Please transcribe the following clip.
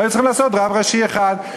היו צריכים למנות רב ראשי אחד.